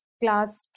class